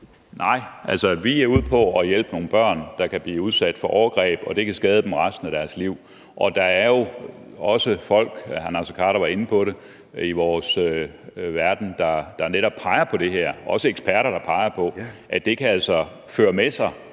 Nej, vi er ude på at hjælpe nogle børn, der kan blive udsat for overgreb, der kan skade dem resten af deres liv. Der er jo også folk – hr. Naser Khader var inde på det – i vores verden, der peger på netop det her, og der er også eksperter, der peger på, at det altså kan føre med sig,